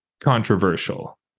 controversial